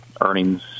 earnings